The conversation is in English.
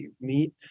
meet